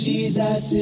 Jesus